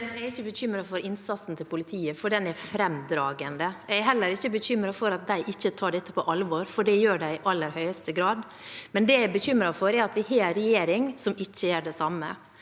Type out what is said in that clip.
Jeg er ikke bekym- ret for innsatsen til politiet, for den er fremragende. Jeg er heller ikke bekymret for at de ikke tar dette på alvor, for det gjør de i aller høyeste grad. Det jeg er bekymret for, er at vi har en regjering som ikke gjør det samme.